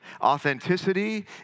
authenticity